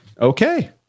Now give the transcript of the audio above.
Okay